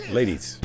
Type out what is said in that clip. ladies